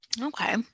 Okay